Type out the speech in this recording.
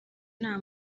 nta